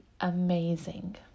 amazing